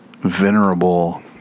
venerable